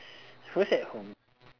who's at home